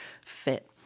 fit